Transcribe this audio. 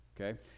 okay